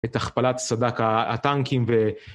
את הכפלת סד״כ הטנקים ו...